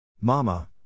Mama